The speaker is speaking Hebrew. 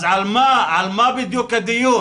אז על מה בדיוק הדיון?